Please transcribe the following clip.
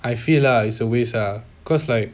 I feel lah it's a waste ah cause like